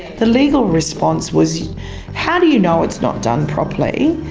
the legal response was how do you know it's not done properly?